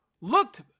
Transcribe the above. looked